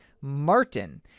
Martin